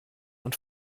und